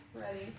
ready